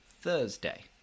Thursday